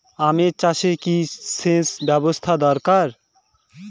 আম চাষে কি সেচ ব্যবস্থা দরকার?